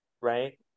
right